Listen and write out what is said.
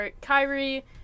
Kyrie